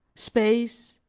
space,